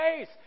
face